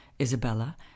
isabella